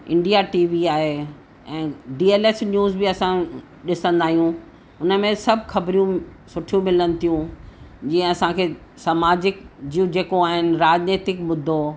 India TV आहे ऐं D L S news बि असां ॾिसंदा आहियूं हुन में सभु ख़बरूं सुठियूं मिलनि थियूं जीअं असांखे समाजिक जूं जेको आहिनि राजनैतिक मुदो